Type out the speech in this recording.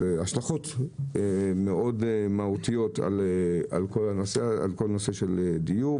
והשלכות מאוד מהותיות בנושא הדיור,